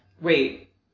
Wait